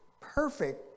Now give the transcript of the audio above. perfect